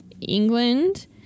England